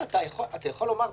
אנחנו לא מתפלגים.